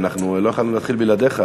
אנחנו לא יכולנו להתחיל בלעדיך,